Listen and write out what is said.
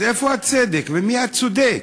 אז איפה הצדק ומי הצודק?